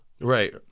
Right